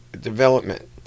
development